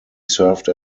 served